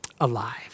alive